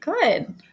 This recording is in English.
Good